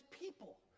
people